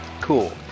cool